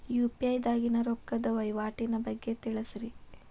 UPI ದಾಗಿನ ರೊಕ್ಕದ ವಹಿವಾಟಿನ ಬಗ್ಗೆ ತಿಳಸ್ರಿ